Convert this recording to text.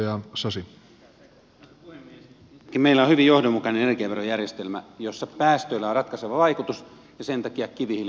ensinnäkin meillä on hyvin johdonmukainen energiaverojärjestelmä jossa päästöillä on ratkaiseva vaikutus ja sen takia kivihiili on raskaasti verotettua